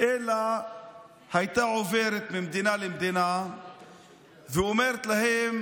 אלא הייתה עוברת ממדינה למדינה ואומרת להם: